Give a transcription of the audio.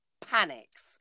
panics